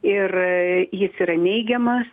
ir jis yra neigiamas